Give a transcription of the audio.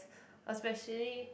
especially